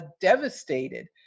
devastated